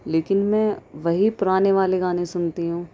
لیکن میں وہی پرانے والے گانے سنتی ہوں